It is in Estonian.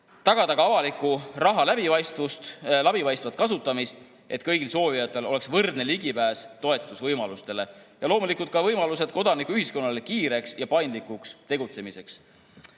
Tagame ka avaliku raha läbipaistva kasutamise, et kõigil soovijatel oleks võrdne ligipääs toetusvõimalustele, ning loomulikult ka võimalused kodanikuühiskonnale kiireks ja paindlikuks tegutsemiseks.